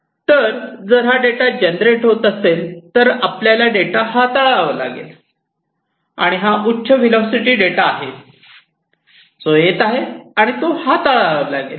तर जर data generate होत असेल तर आपल्याला डेटा हाताळावा लागेल आणि हा उच्च व्हिलासिटी डेटा आहे जो येत आहे आणि तो हाताळावा लागेल